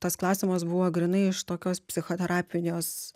tas klausimas buvo grynai iš tokios psichoterapijos